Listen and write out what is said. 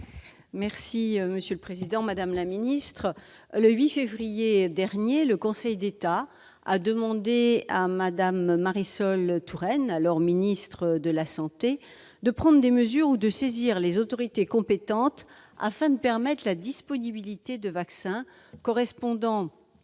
et de la santé. Madame la ministre, le 8 février dernier, le Conseil d'État a demandé à Mme Marisol Touraine, alors ministre de la santé, de prendre des mesures ou de saisir les autorités compétentes afin d'assurer la disponibilité de vaccins correspondant